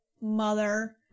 mother